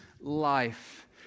life